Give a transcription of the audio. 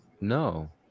No